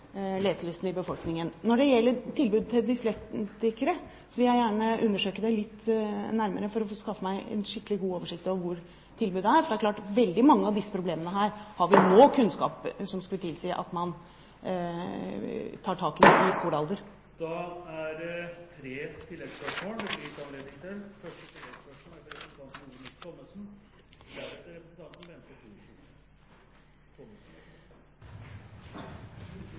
leselysten i befolkningen. Når det gjelder tilbud til dyslektikere, vil jeg gjerne undersøke dette litt nærmere – skaffe meg god oversikt over hvor tilbudet er. Veldig mange av disse problemene har vi nå kunnskap om, kunnskap som skulle tilsi at man kan ta tak i dette i tidlig skolealder. Det blir gitt anledning til tre oppfølgingsspørsmål – først Olemic Thommessen. Mitt oppfølgingsspørsmål går til kulturministeren. Kunnskapsministeren var inne på Nasjonalt leseår. Det er